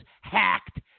hacked